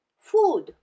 food